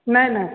ନା ନା